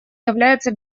является